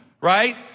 right